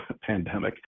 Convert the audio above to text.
pandemic